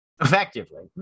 Effectively